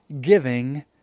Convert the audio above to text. giving